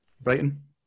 Brighton